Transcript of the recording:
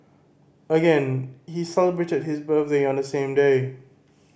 again he celebrated his birthday on the same day